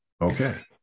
Okay